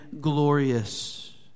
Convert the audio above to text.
glorious